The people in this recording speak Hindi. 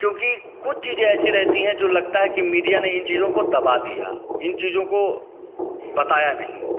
क्योंकि कुछ चीज़ें ऐसी रहती हैं जो लगता है मीडिया ने इन चीज़ों को दबा दिया है इन चीज़ों को बताया नहीं